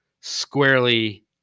squarely